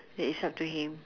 that is up to him